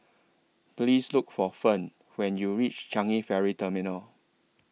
Please Look For Ferne when YOU REACH Changi Ferry Terminal